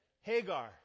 Hagar